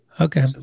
Okay